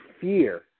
fear